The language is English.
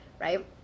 right